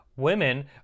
Women